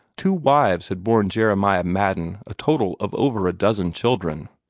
two wives had borne jeremiah madden a total of over a dozen children.